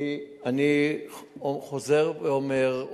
אני חוזר ואומר,